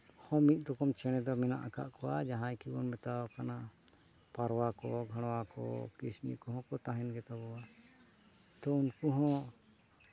ᱦᱚᱸ ᱢᱤᱫ ᱨᱚᱠᱚᱢ ᱪᱮᱬᱮ ᱫᱚ ᱢᱮᱱᱟᱜ ᱟᱠᱟᱜ ᱠᱚᱣᱟ ᱡᱟᱦᱟᱸᱭ ᱠᱤ ᱵᱚᱱ ᱢᱮᱛᱟᱣ ᱠᱚ ᱠᱟᱱᱟ ᱯᱟᱨᱚᱣᱟ ᱠᱚ ᱜᱷᱟᱲᱣᱟ ᱠᱚ ᱠᱤᱥᱱᱤ ᱠᱚ ᱦᱚᱸ ᱠᱚ ᱛᱟᱦᱮᱱ ᱜᱮᱛᱟᱵᱚᱣᱟ ᱛᱚ ᱩᱱᱠᱩ ᱦᱚᱸ